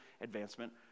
advancement